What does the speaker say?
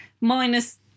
minus